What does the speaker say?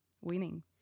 winning